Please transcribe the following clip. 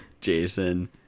Jason